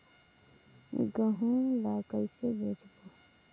गहूं ला कइसे बेचबो?